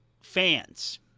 fans